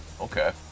Okay